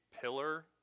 Pillar